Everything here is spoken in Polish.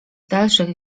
dalszych